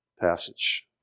passage